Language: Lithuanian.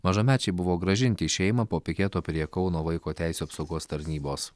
mažamečiai buvo grąžinti į šeimą po piketo prie kauno vaiko teisių apsaugos tarnybos